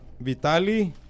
Vitali